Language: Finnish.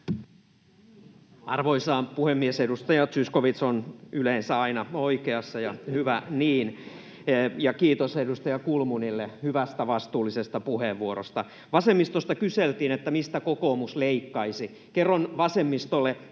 Arvoisa puhemies! Edustaja Zyskowicz on yleensä aina oikeassa ja hyvä niin. Ja kiitos edustaja Kulmunille hyvästä, vastuullisesta puheenvuorosta. Vasemmistosta kyseltiin, mistä kokoomus leikkaisi. Kerron vasemmistolle,